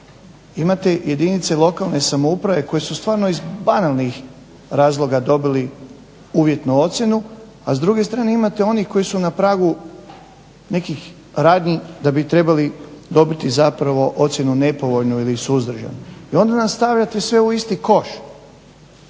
Imate jedinice lokalne samouprave koje su stvarno iz banalnih razloga dobili uvjetnu ocjenu, a s druge strane imate onih koji su na pragu nekih radnji da bi trebali dobiti zapravo ocjenu nepovoljnu ili suzdržanu. I onda nas stavljate sve u isti koš.